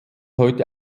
heute